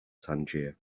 tangier